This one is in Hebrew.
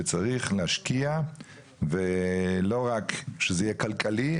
שצריך להשקיע ולא רק שזה יהיה כלכלי,